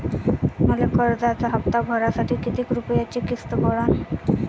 मले कर्जाचा हप्ता भरासाठी किती रूपयाची किस्त पडन?